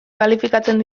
kalifikatzen